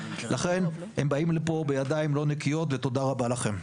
לכן הם באים לפה בידיים לא נקיות ותודה רבה לכם.